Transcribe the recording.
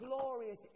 glorious